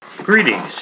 Greetings